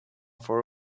four